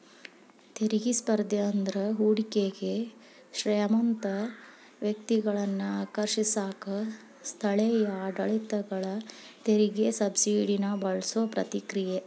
ತೆರಿಗೆ ಸ್ಪರ್ಧೆ ಅಂದ್ರ ಹೂಡಿಕೆಗೆ ಶ್ರೇಮಂತ ವ್ಯಕ್ತಿಗಳನ್ನ ಆಕರ್ಷಿಸಕ ಸ್ಥಳೇಯ ಆಡಳಿತಗಳ ತೆರಿಗೆ ಸಬ್ಸಿಡಿನ ಬಳಸೋ ಪ್ರತಿಕ್ರಿಯೆ